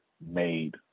made